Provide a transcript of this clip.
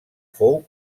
fou